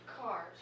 Cars